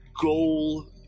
goal